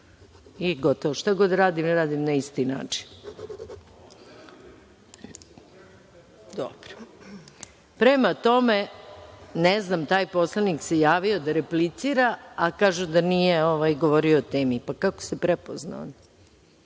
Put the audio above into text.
I, gotovo, šta god radim, radim na isti način. Dobro. Prema tome, ne znam, taj poslanik se javio da replicira, a kažu da nije govorio o temi. Pa, kako se prepoznao